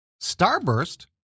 Starburst